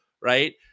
right